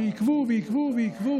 שעיכבו ועיכבו